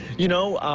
you know,